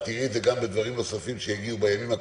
את תראי את זה גם בדברים נוספים שיגיעו בימים הקרובים,